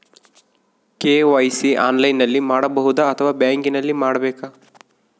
KYC ಆನ್ಲೈನಲ್ಲಿ ಮಾಡಬಹುದಾ ಅಥವಾ ಬ್ಯಾಂಕಿನಲ್ಲಿ ಮಾಡ್ಬೇಕಾ?